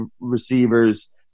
receivers